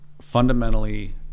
fundamentally